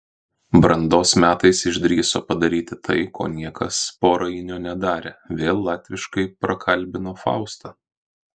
brandos metais išdrįso padaryti tai ko niekas po rainio nedarė vėl latviškai prakalbino faustą